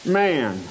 man